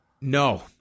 No